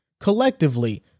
collectively